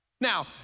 Now